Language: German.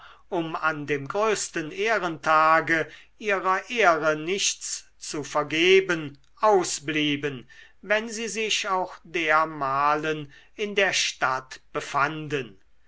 um an dem größten ehrentage ihrer ehre nichts zu vergeben ausblieben wenn sie sich auch dermalen in der stadt befanden